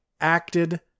acted